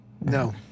No